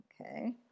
okay